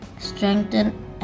strengthen